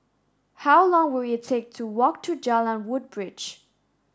how long will it take to walk to Jalan Woodbridge